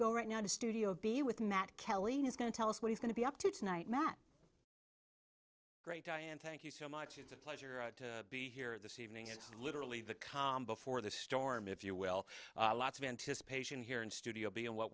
go right now to studio b with matt kelly who's going to tell us what he's going to be up to tonight matt great diane thank you so much it's a pleasure be here this evening it's literally the calm before the storm if you will lots of anticipation here in studio b and what